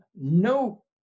no